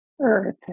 earth